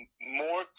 more